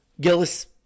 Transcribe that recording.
Gillis